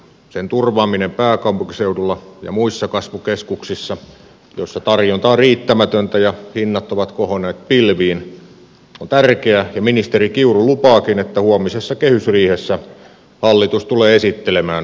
sen turvaaminen pääkaupunkiseudulla ja muissa kasvukeskuksissa joissa tarjonta on riittämätöntä ja hinnat ovat kohonneet pilviin on tärkeää ja ministeri kiuru lupaakin että huomisessa kehysriihessä hallitus tulee esittelemään asuntopoliittisia toimia